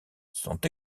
sont